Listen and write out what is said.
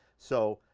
so,